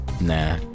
Nah